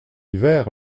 hiver